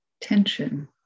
tension